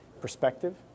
perspective